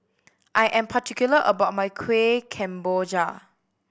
I am particular about my Kueh Kemboja